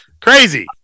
Crazy